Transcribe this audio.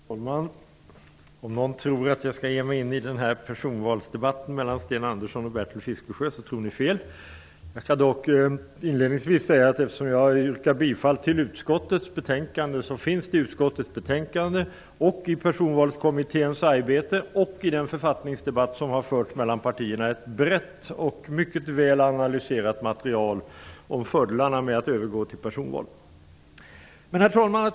Herr talman! Om någon här tror att jag skall ge mig in i personvalsdebatten mellan Sten Andersson i Malmö och Bertil Fiskesjö, tror ni fel. Eftersom jag har yrkat bifall till utskottets hemställan vill jag inledningsvis säga att det i betänkandet, i Personvalskommitténs arbete och i den författningsdebatt som har förts mellan partierna finns ett brett och mycket väl analyserat material om fördelarna med att övergå till personval. Herr talman!